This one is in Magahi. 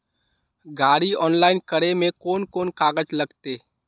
गाड़ी ऑनलाइन करे में कौन कौन कागज लगते?